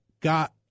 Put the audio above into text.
got